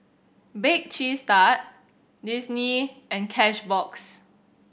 Bake Cheese Tart Disney and Cashbox